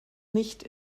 nicht